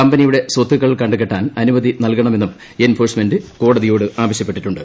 കമ്പനിയുടെ സ്വത്തുക്കൾ കണ്ടുകെട്ടാൻ അനുമതി നൽകണമെന്നും എൻഫോഴ്സ്മെന്റ് കോടതിയോട് ആവശ്യപ്പെട്ടിട്ടുണ്ട്